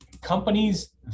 companies